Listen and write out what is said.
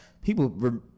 People